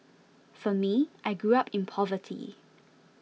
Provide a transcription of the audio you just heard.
for me I grew up in poverty